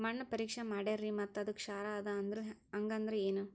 ಮಣ್ಣ ಪರೀಕ್ಷಾ ಮಾಡ್ಯಾರ್ರಿ ಮತ್ತ ಅದು ಕ್ಷಾರ ಅದ ಅಂದ್ರು, ಹಂಗದ್ರ ಏನು?